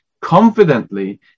confidently